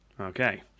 Okay